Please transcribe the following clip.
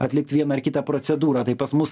atlikt vieną ar kitą procedūrą tai pas mus